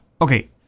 okay